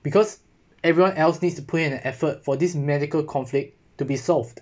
because everyone else needs to play an effort for these medical conflict to be solved